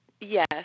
Yes